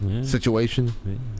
situation